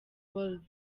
world